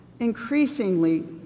Increasingly